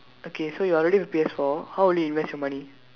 okay so you already have P_S four how would you invest your money